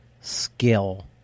skill